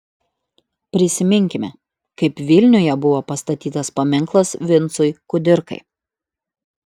prisiminkime kaip vilniuje buvo pastatytas paminklas vincui kudirkai